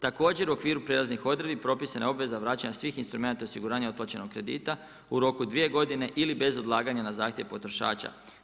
Također u okviru prelaznih odredbi propisana je odredba vraćanja svih instrumenata osiguranja otplaćenog kredita u roku 2 godine ili bez odlaganje na zahtjev potrošača.